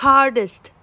Hardest